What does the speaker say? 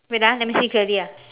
wait ah let me see clearly ah